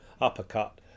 uppercut